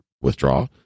withdraw